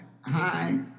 Hi